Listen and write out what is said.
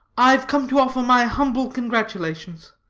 ive come to offer my humble congratulations.